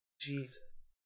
Jesus